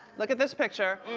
look at this picture.